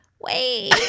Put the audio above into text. Wait